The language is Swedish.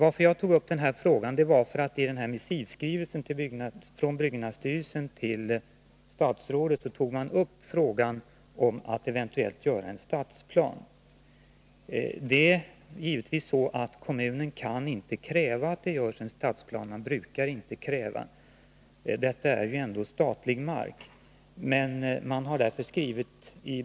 Att jag ställde min fråga beror på att byggnadsstyrelsen i missivskrivelsen Nr 157 till statsrådet aktualiserade frågan om att eventuellt göra en stadsplan. Fredagen den Kommunen kan inte kräva att det görs en stadsplan, eftersom Galärvarvet är 27 maj 1983 statlig mark.